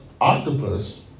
octopus